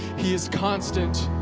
he is constant,